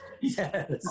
Yes